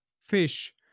fish